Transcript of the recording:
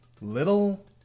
little